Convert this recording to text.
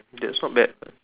that's not bad